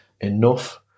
enough